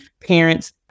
parents